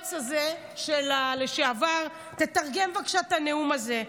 שהיועץ הזה לשעבר, תתרגם, בבקשה, את הנאום הזה.